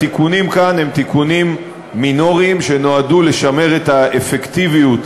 התיקונים כאן הם תיקונים מינוריים שנועדו לשמר את האפקטיביות